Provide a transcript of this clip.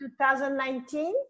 2019